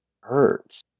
hurts